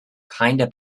kinda